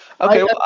Okay